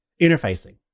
Interfacing